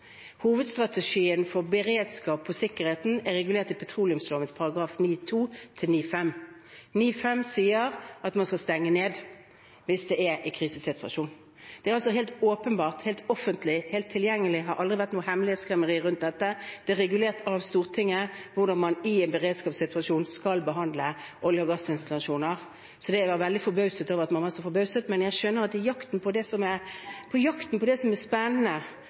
Hovedstrategien når det gjelder beredskap og sikkerhet, er regulert i petroleumslovens §§ 9-2–9-5. I § 9-5 sies det at man skal stenge ned hvis det er en krisesituasjon. Dette er altså helt åpenbart, det er helt offentlig, det er helt tilgjengelig, det har aldri vært noe hemmelighetskremmeri rundt dette. Det er regulert av Stortinget hvordan man i en beredskapssituasjon skal behandle olje- og gassinstallasjoner, så jeg var veldig forbauset over at man var så forbauset. Men jeg skjønner at i jakten på det som er